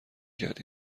کرد